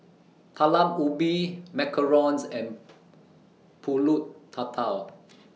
Talam Ubi Macarons and Pulut Tatal